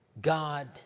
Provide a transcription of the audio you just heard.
God